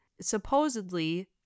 supposedly